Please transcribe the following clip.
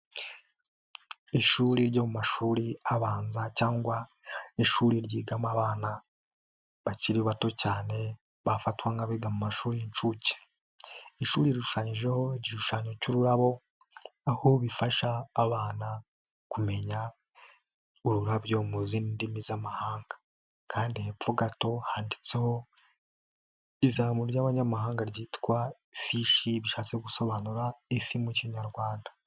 Ishuri ryo mu mashuri abanza cyangwa ishuri ryigamo abana bakiri bato cyane bafatwa nk'abiga mu mashuri y'inshuke. Ishuri rirushanyijeho igishushanyo cy'ururabo, aho bifasha abana kumenya ururabyo mu zindi ndimi z'amahanga kandi hepfo gato handitseho ijambo ry'abanyamahanga ryitwa fishi, bishatse gusobanura ifi mu kinyarwanda.